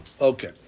Okay